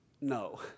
no